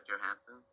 Johansson